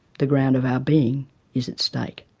the ground of our being is at stake.